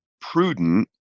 prudent